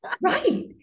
Right